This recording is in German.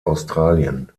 australien